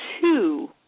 two